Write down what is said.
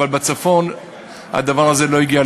אבל בצפון הדבר הזה לא הגיע.